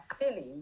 silly